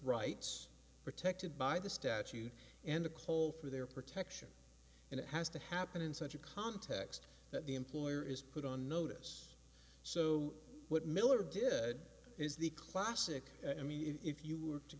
rights protected by the statute and the coal for their protection and it has to happen in such a context that the employer is put on notice so what miller did is the classic i mean if you were to